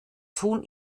tun